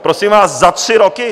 Prosím vás, za tři roky?